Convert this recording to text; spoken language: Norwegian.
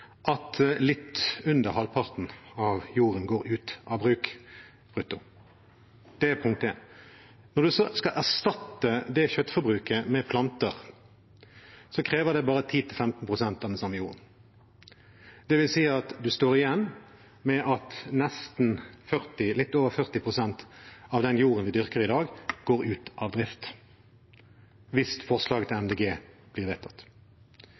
at litt under halvparten av jorden går ut av bruk, brutto. Det er punkt én. Når man så skal erstatte det kjøttforbruket med planter, krever det bare 10–15 pst. av den samme jorden. Det vil si at man står igjen med at litt over 40 pst. av den jorden vi dyrker i dag, går ut av drift – hvis forslaget til Miljøpartiet De Grønne blir vedtatt.